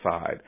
side